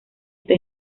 está